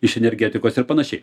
iš energetikos ir panašiai